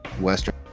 western